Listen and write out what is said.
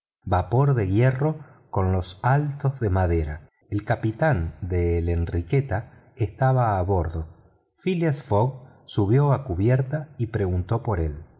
vapor de casco de hierro con los altos de madera el capitán de la enriqueta estaba a bordo phileas fogg subió a cubierta y preguntó por él